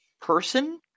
person